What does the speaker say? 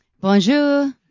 Bonjour